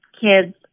kids